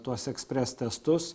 tuos ekspres testus